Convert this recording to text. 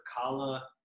Kala